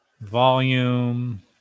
volume